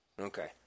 okay